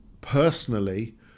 personally